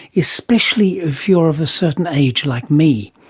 especially if you're of a certain age, like me.